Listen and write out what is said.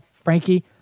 Frankie